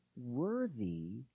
worthy